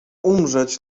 umrzeć